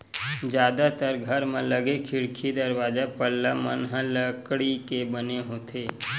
जादातर घर म लगे खिड़की, दरवाजा, पल्ला मन ह लकड़ी के बने होथे